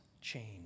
change